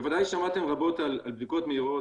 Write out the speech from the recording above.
בוודאי שמעתם רבות על בדיקות מהירות,